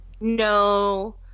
No